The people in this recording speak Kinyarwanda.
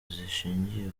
zishingiye